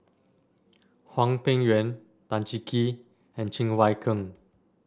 Hwang Peng Yuan Tan Cheng Kee and Cheng Wai Keung